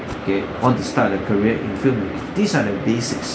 okay want to start a career in film these are the basics